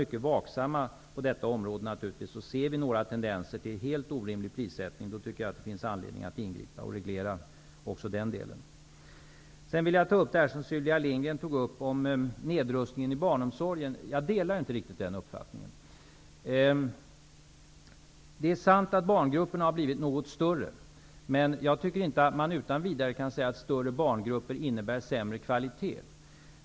Vi skall naturligtvis vara mycket vaksamma, och om vi ser några tendenser till helt orimlig prissättning, finns det anledning att ingripa och göra en reglering. Sylvia Lindgren talade om nedrustning inom barnomsorgen. Jag delar inte riktigt hennes uppfattning. Det är visserligen sant att barngrupperna har blivit något större, men man kan inte utan vidare säga att större barngrupper innebär sämre kvalitet.